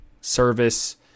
service